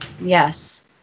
yes